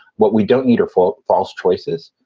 what we don't need awful false choices,